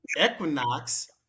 Equinox